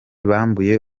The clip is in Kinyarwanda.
bambuye